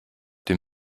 dem